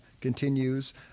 continues